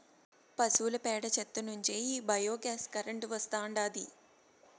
పశువుల పేడ చెత్త నుంచే ఈ బయోగ్యాస్ కరెంటు వస్తాండాది